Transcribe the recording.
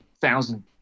thousand